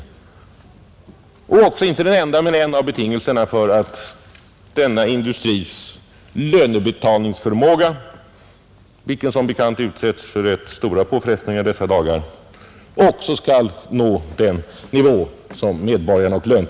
Och vår industris konkurrenskraft brukar just de tala vackert för som nu slåss så hårt mot Ritsem, Också landets medborgare ställer som bekant just i dessa dagar rätt stora anspråk på vår industris lönebetalningsförmåga.